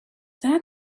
that